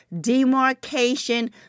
demarcation